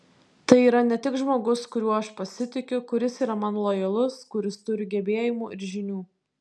tai yra ne tik žmogus kuriuo aš pasitikiu kuris yra man lojalus kuris turi gebėjimų ir žinių